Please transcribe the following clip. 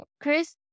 Chris